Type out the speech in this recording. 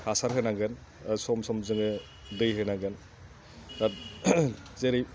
हासार होनांगोन सम सम जोङो दै होनांगोन दा जेरै